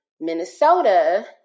Minnesota